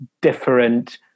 different